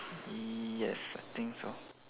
yes I think so